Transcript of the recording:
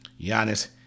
Giannis